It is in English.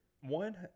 one